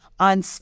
on